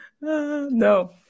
No